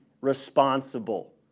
responsible